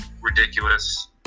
ridiculous